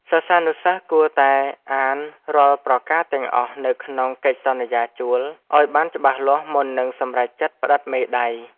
សិស្សានុសិស្សគួរតែអានរាល់ប្រការទាំងអស់នៅក្នុងកិច្ចសន្យាជួលឱ្យបានច្បាស់លាស់មុននឹងសម្រេចចិត្តផ្តិតមេដៃ។